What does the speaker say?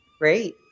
Great